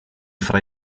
fra